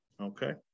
Okay